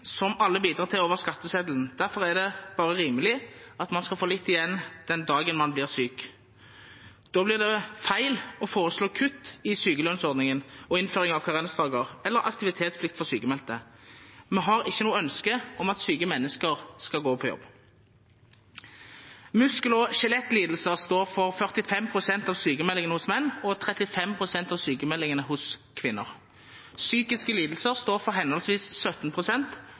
alle bidrar til over skatteseddelen, og derfor er det bare rimelig at man skal få litt igjen den dagen man blir syk. Da blir det feil å foreslå kutt i sykelønnsordningen og å innføre karensdager eller aktivitetsplikt for sykmeldte. Vi har ikke noe ønske om at syke mennesker skal gå på jobb. Muskel- og skjelettlidelser står for 45 pst. av sykmeldingene hos menn og 35 pst. av sykmeldingene hos kvinner. Psykiske lidelser står for henholdsvis